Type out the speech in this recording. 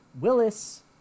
Willis